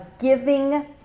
giving